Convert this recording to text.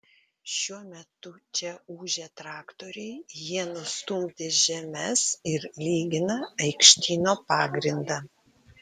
šiuo metu čia ūžia traktoriai jie nustumdė žemes ir lygina aikštyno pagrindą